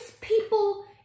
people